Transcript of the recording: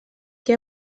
que